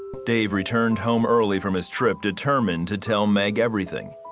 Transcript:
dave returned home early from his trip determined to tell meg everything,